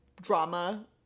drama